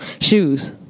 shoes